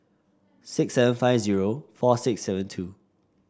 six seven five zero four six seven two